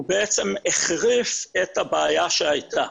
הוא בעצם החריף את הבעיה שהייתה.